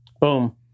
Boom